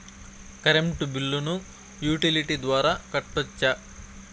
Current బిల్లును utility ద్వారా కట్టొచ్చా?